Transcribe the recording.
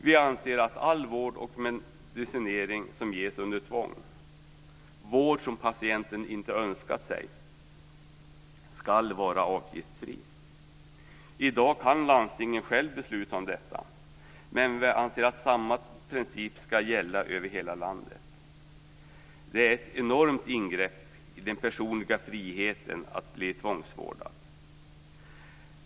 Vi anser att all vård och medicinering som ges under tvång - vård som patienten inte önskat sig - ska vara avgiftsfri. I dag kan landstingen själva besluta om detta. Men vi anser att samma princip ska gälla över hela landet. Det är ett enormt ingrepp i den personliga friheten att bli tvångsvårdad.